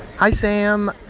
hi, sam.